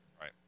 Right